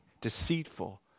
deceitful